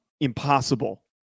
impossible